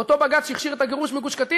באותו בג"ץ שהכשיר את הגירוש מגוש-קטיף